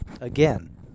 Again